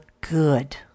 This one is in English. good